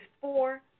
four